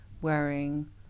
wearing